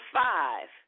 five